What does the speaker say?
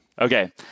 Okay